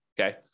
Okay